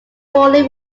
poorly